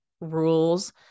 rules